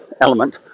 element